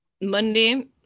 Monday